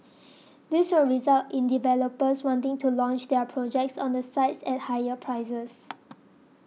this will result in developers wanting to launch their projects on these sites at higher prices